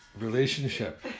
relationship